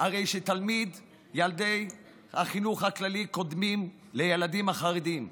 הרי שתלמידי ילדי החינוך הכללי קודמים לילדים החרדים.